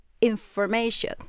information